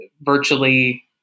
virtually